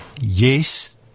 Yes